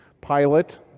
pilot